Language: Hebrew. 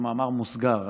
במאמר מוסגר,